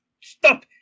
Stop